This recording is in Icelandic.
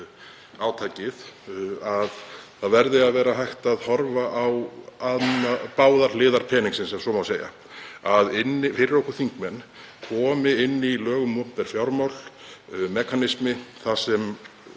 vinna, að það verði að vera hægt að horfa á báðar hliðar peningsins, ef svo má segja; að fyrir okkur þingmenn komi inn í lög um opinber fjármál mekanismi þar sem